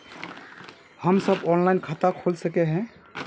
हम सब ऑनलाइन खाता खोल सके है?